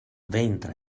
ventre